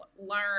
learn